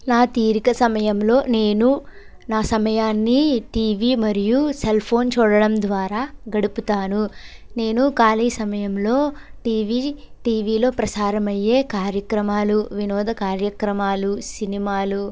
నా తీరిక సమయంలో నేను నా సమయాన్ని టీవీ మరియు సెల్ ఫోన్ చూడడం ద్వారా గడుపుతాను నేను ఖాళీ సమయంలో టీవీ టీవీ లో ప్రసారమయ్యే కార్యక్రమాలు వినోద కార్యక్రమాలు సినిమాలు